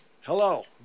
Hello